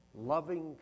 loving